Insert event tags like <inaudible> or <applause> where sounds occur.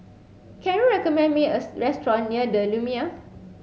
can you recommend me a <unintelligible> restaurant near The Lumiere